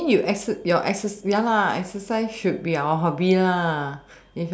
you mean you exer~ your exercise ya lah exercise should be our hobby lah